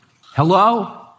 Hello